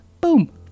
boom